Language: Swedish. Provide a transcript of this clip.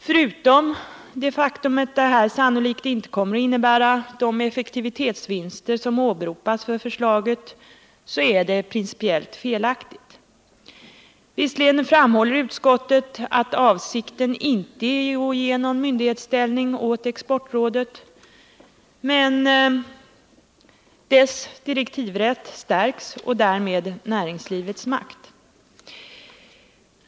Förutom det faktum att detta sannolikt inte kommer att innebära de effektivitetsvinster som åberopas för förslaget, så är det principiellt felaktigt. Visserligen framhåller utskottet att avsikten inte är att ge någon myndighetsställning åt Exportrådet, men dess direktivrätt stärks och därmed näringslivets makt.